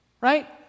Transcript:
Right